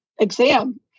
exam